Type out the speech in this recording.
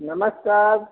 नमस्कार